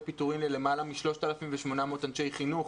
פיטורים ללמעלה מ-3,800 אנשי חינוך